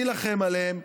נילחם עליהם,